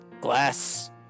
glass